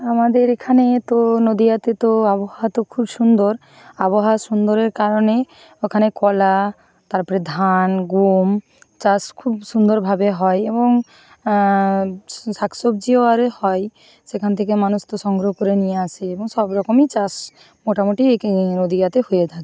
আমাদের এখানে তো নদীয়াতে তো আবহাওয়া তো খুব সুন্দর আবহাওয়া সুন্দরের কারণেই ওখানে কলা তারপরে ধান গম চাষ খুব সুন্দরভাবে হয় এবং শাক সবজিও আরে হয় সেখান থেকে মানুষ তো সংগ্রহ করে নিয়ে আসে এবং সবরকমই চাষ মোটামুটি কী নদীয়াতে হয়ে থাকে